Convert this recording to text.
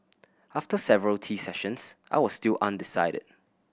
after several tea sessions I was still undecided